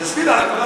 מסגד,